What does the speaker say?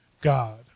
God